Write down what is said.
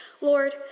Lord